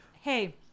hey